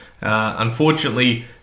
unfortunately